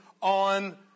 on